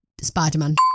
Spider-Man